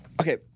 Okay